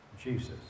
Jesus